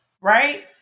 right